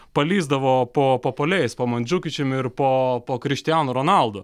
palįsdavo po po puolėjais po mandžiukičium ir po po krištianu ronaldo